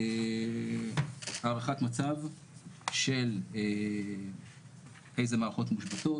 הערכת מצב של איזה מערכות מושבתות,